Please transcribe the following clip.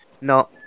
No